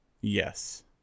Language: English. Yes